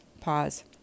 Pause